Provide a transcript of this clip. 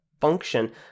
function